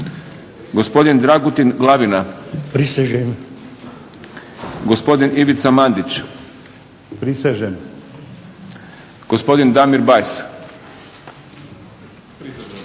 gospodin Dragutin Glavina-prisežem, gospodin Ivica Mandić-prisežem, gospodin Damir Bajs-prisežem.